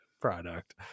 product